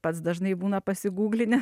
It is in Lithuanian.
pats dažnai būna pasiguglinę